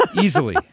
Easily